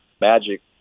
Magic